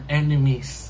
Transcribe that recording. enemies